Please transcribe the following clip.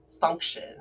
function